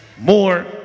more